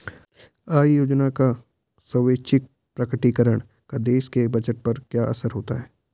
आय योजना का स्वैच्छिक प्रकटीकरण का देश के बजट पर क्या असर होता है?